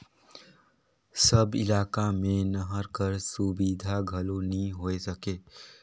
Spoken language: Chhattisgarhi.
सब इलाका मे नहर कर सुबिधा घलो नी होए सके